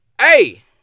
hey